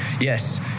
Yes